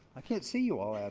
i can't see you all out